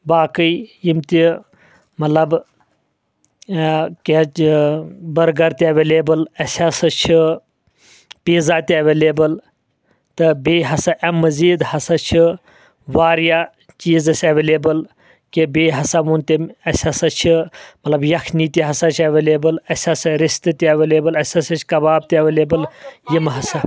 باقٕے یِم تہِ مطلب کینٛہہ تہِ بٔرگر تہِ اٮ۪ویلیبٕل اسہِ ہسا چھِ پیٖزا تہِ اٮ۪ویلیبٕل تہٕ بیٚیہِ ہسا امہِ مٔزیٖد ہسا چھِ واریاہ چیٖز اسہِ اٮ۪ویلیبٕل کہِ بیٚیہِ ہسا ووٚن تٔمۍ اسہِ ہسا چھِ مطلب یکھنی تہِ ہسا چھِ اٮ۪ویلیبٕل اسہِ ہسا رستہٕ تہِ اٮ۪ویلیبٕل اسہِ ہسا چھِ کباب تہِ اٮ۪ویلیبٕل یِم ہسا